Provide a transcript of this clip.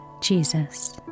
Jesus